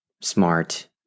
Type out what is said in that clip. smart